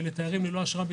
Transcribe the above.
--- ולתיירים ללא אשרה בתוקף,